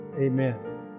Amen